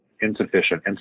insufficient